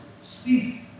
Speak